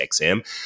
XM